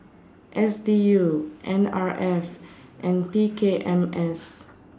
S D U N R F and P K M S